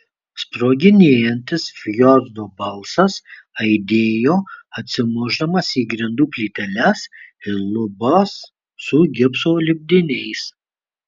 sproginėjantis fjordo balsas aidėjo atsimušdamas į grindų plyteles ir lubas su gipso lipdiniais